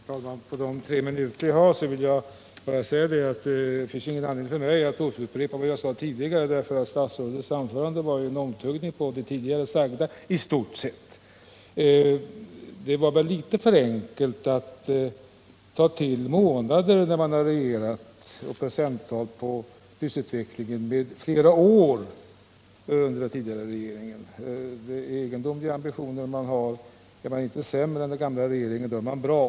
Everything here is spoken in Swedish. Herr talman! Under de tre minuter jag har till förfogande finns det ingen anledning att upprepa vad jag sade tidigare — statsrådets anförande var i stort sett en omtuggning av det tidigare sagda. Det är väl litet för enkelt att jämföra procenttal på prisutvecklingen under några få månader då man har regerat med utvecklingen under flera år under den tidigare regeringen. Det är egendomliga ambitioner man har; är man inte sämre än den gamla regeringen, så är man bra.